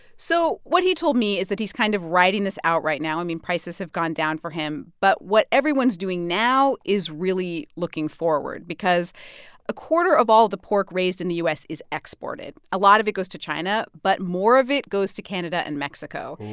so what he told me is that he's kind of riding this out right now. i mean, prices have gone down for him. but what everyone's doing now is really looking forward because a quarter of all the pork raised in the u s. is exported. a lot of it goes to china, but more of it goes to canada and mexico.